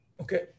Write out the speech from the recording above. okay